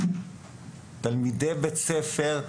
תלמידי בית ספר,